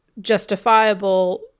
justifiable